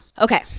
Okay